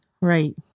Right